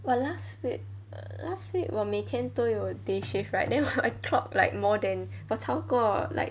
but last week last week 我每天都有 day shift right then I clock like more than 我超过 like